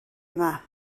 yma